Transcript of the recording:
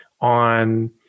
on